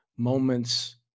Moments